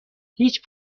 هیچ